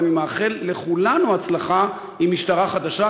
אבל אני מאחל לכולנו הצלחה עם משטרה חדשה,